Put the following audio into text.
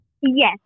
Yes